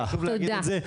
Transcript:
חשוב להגיד את זה.